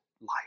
life